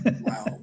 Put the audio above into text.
Wow